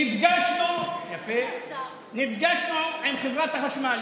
נפגשנו עם חברת החשמל,